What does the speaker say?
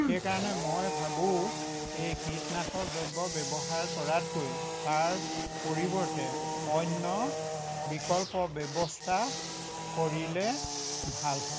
সেইকাৰণে মই ভাবোঁ এই কীটনাশক দ্ৰব্য ব্যৱহাৰ কৰাতকৈ তাৰ পৰিৱৰ্তে অন্য বিকল্প ব্যৱস্থা কৰিলে ভাল হয়